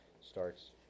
starts